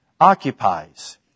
Occupies